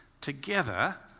Together